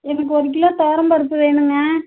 எனக்கு ஒரு கிலோ துவரம்பருப்பு வேணுங்க